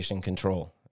control